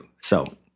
So-